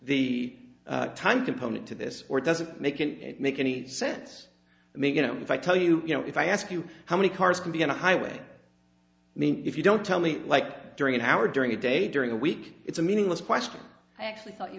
the time component to this or does it make can it make any sense i mean you know if i tell you you know if i ask you how many cars can be on a highway mean if you don't tell me it like during an hour during the day during the week it's a meaningless question i actually thought you